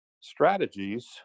strategies